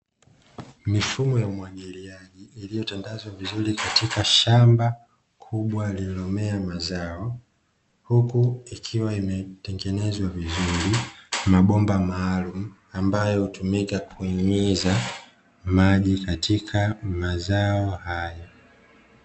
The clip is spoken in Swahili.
Mifumo wa umwagiliaji, iliyotandazwa vizuri katika shamba kubwa lililomea mazao, huku ikiwa imetengenezwa vizuri, mabomba maalumu ambayo hutumika kunyunyiza maji katika mazao haya.